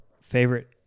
Favorite